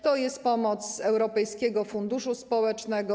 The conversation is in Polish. To jest pomoc z Europejskiego Funduszu Społecznego.